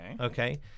Okay